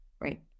right